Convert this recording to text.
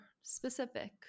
specific